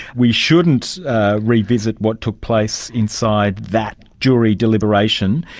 we shouldn't revisit what took place inside that jury deliberation.